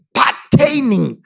pertaining